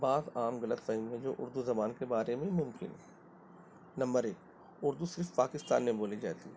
بعض عام غلط فہمیاں جو اردو زبان کے بارے میں ممکن ہیں نمبر ایک اردو صرف پاکستان میں بولی جاتی ہے